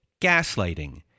gaslighting